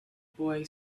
boy